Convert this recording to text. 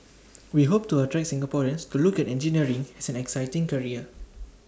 we hope to attract Singaporeans to look at engineering as an exciting career